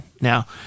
Now